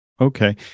Okay